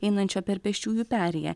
einančio per pėsčiųjų perėją